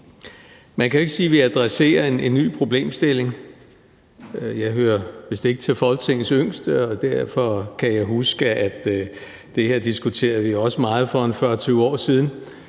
Man kan ikke sige, at vi adresserer en ny problemstilling. Jeg hører vist ikke til Folketingets yngste, og derfor kan jeg huske, at det her diskuterede vi også meget for ca. 40 år siden,